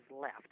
left